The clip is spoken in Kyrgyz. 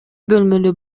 бөлмөлүү